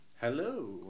Hello